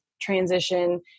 transition